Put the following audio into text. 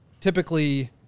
typically